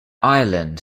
ireland